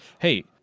hey